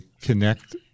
connect